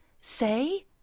Say